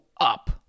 up